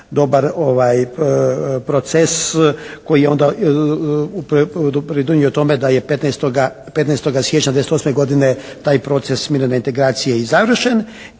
dobar proces koji je onda pridonio tome da je 15. siječnja 1998. godine taj proces mirne reintegracije i završen.